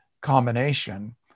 combination